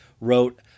wrote